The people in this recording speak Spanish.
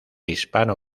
hispano